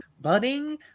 budding